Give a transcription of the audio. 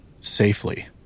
safely